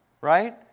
right